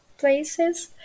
places